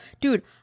dude